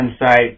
insight